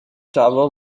tower